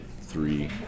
three